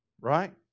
Right